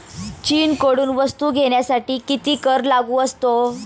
चीनकडून वस्तू घेण्यासाठी किती कर लागू असतो?